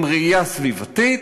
עם ראייה סביבתית.